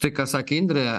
tai ką sakė indrė